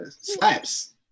Slaps